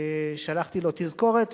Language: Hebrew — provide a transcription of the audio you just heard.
שלחתי לו תזכורת,